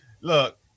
look